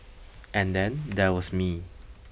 and then there was me